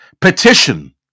petition